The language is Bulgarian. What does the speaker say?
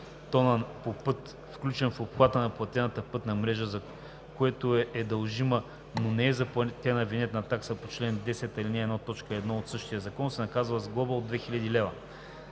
включен в обхвата на платената пътна мрежа, за което е дължима, но не е заплатена винетна такса по чл. 10, ал. 1, т. 1 от същия закон, се наказва с глоба 2 000 лв.“